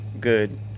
good